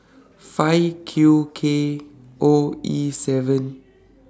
five Q K O E seven